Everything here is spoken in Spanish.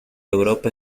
europa